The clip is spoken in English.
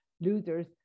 losers